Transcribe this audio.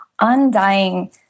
undying